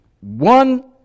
One